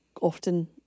often